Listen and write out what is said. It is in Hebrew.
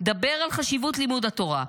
דבר על חשיבות לימוד התורה.